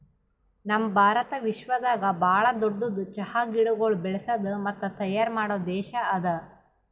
ನಮ್ ಭಾರತ ವಿಶ್ವದಾಗ್ ಭಾಳ ದೊಡ್ಡುದ್ ಚಹಾ ಗಿಡಗೊಳ್ ಬೆಳಸದ್ ಮತ್ತ ತೈಯಾರ್ ಮಾಡೋ ದೇಶ ಅದಾ